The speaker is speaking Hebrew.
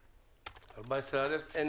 אין נמנעים, אין סעיף 14א אושר.